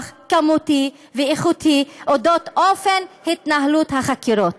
כמותי ואיכותי על אופן התנהלות החקירות,